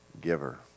giver